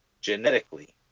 genetically